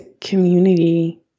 community